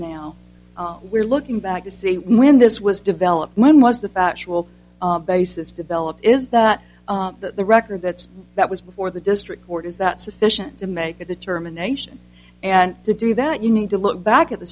now we're looking back to see when this was developed when was the factual basis developed is that that the record that's that was before the district court is that sufficient to make a determination and to do that you need to look back at the